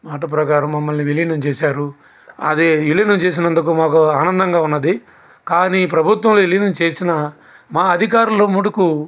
మాట ప్రకారం మమ్మల్ని విలీనం చేశారు అదే విలీనం చేసినందుకు మాకు ఆనందంగా ఉన్నది కాని ప్రభుత్వం విలీనం చేసినా మా అధికారులు మటుకు